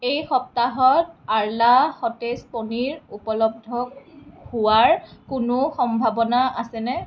এই সপ্তাহত আৰ্লা সতেজ পনীৰ উপলব্ধ হোৱাৰ কোনো সম্ভাৱনা আছেনে